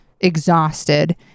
exhausted